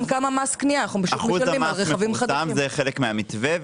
רשות המסים הופכת להיות שותפה שקטה של היבואנים,